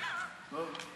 טוב.